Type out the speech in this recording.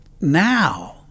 now